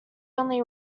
only